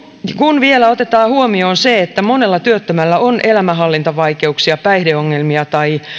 kun vielä otetaan huomioon se että monella työttömällä on elämänhallintavaikeuksia päihdeongelmia tai